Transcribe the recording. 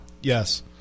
Yes